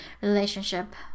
relationship